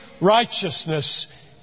righteousness